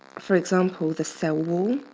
for example, the cell wall,